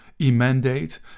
e-mandate